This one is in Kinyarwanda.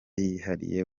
yihariye